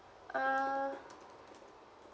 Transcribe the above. uh